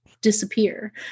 disappear